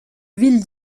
ville